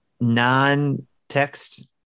non-text